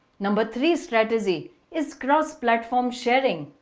number three strategy is cross-platform sharing.